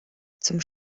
zum